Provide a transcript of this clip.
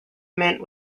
mint